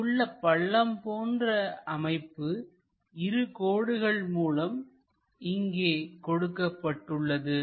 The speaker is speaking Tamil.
இங்குள்ள பள்ளம் போன்ற அமைப்பு இரு கோடுகள் மூலம் இங்கே கொடுக்கப்பட்டுள்ளது